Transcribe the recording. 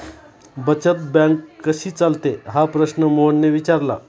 बचत बँक कशी चालते हा प्रश्न मोहनने विचारला?